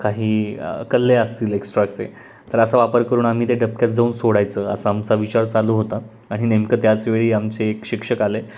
काही कल्ले असतील एक्स्ट्राचे तर असा वापर करून आम्ही त्या डबक्यात जाऊन सोडायचं असा आमचा विचार चालू होता आणि नेमकं त्याचवेळी आमचे एक शिक्षक आले